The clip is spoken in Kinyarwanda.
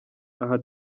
aha